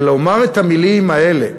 כי לומר את המילים האלה,